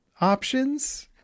options